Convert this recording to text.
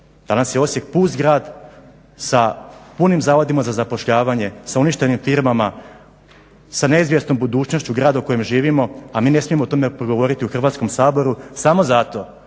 Danas je Osijek pust grad sa punim zavodima za zapošljavanje, sa uništenim firmama, sa neizvjesnom budućnošću grada u kojem živimo, a mi ne smijemo o tome progovoriti u Hrvatskom saboru samo zato